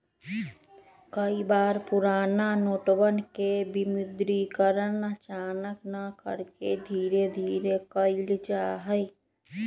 कई बार पुराना नोटवन के विमुद्रीकरण अचानक न करके धीरे धीरे कइल जाहई